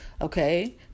okay